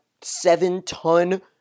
seven-ton